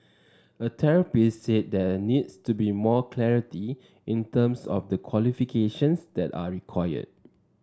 a therapist said there needs to be more clarity in terms of the qualifications that are required